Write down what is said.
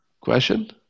question